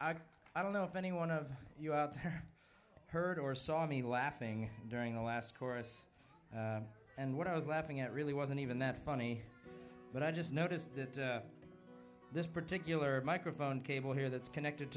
much i don't know if any one of you out there heard or saw me laughing during the last chorus and what i was laughing at really wasn't even that funny but i just noticed that this particular microphone cable here that's connected